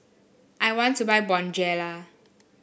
I want to buy Bonjela